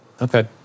Okay